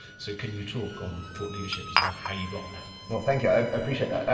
so can you talk on thought leadership as how how you got there? well, thank you. i appreciate that.